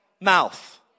mouth